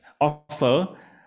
offer